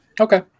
Okay